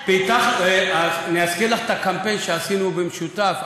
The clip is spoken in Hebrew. אז אני אזכיר לך את הקמפיין שעשינו במשותף,